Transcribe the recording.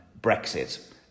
Brexit